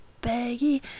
baggy